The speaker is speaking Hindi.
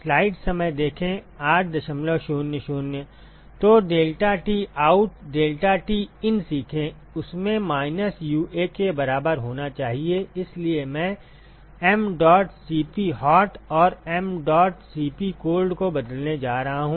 तो deltaT आउट deltaT इन सीखें उसमें माइनस UA के बराबर होना चाहिए इसलिए मैं mdot Cphot और mdot Cp कोल्ड को बदलने जा रहा हूं